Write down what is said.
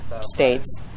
states